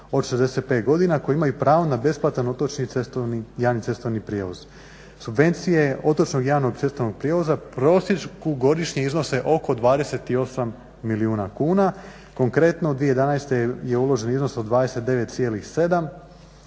od 65 godina koje imaju pravo na besplatan otočni javni cestovni prijevoz. Subvencije otočnog javnog cestovnog prijevoza u prosjeku godišnje iznose oko 28 milijuna kuna, konkretno u 2011. je uložen iznos od 29,7,